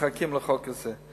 מחכים לחוק הזה.